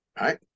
right